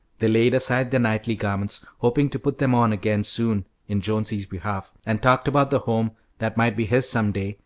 they laid aside their knightly garments, hoping to put them on again soon in jonesy's behalf, and talked about the home that might be his some day,